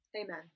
Amen